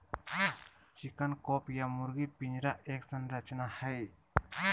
chicken coop या मुर्गी पिंजरा एक संरचना हई,